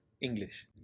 English